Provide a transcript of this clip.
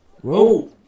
Whoa